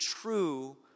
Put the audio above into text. true